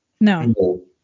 no